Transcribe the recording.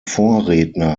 vorredner